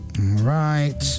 right